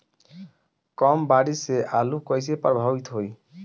कम बारिस से आलू कइसे प्रभावित होयी?